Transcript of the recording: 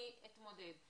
"אני אתמודד",